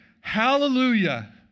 hallelujah